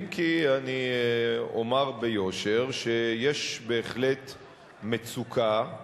אם כי אני אומר ביושר שיש בהחלט מצוקה,